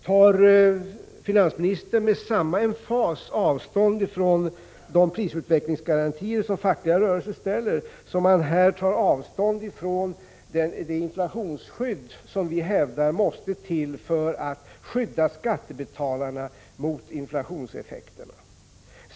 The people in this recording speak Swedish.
Tar finansministern avstånd från de krav på prisutvecklingsgaranti som fackliga rörelser ställer med samma emfas som han här tar avstånd från det inflationsskydd som vi hävdar måste till för att skydda skattebetalarna mot inflationseffekterna?